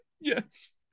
yes